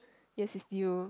yes it's you